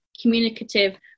communicative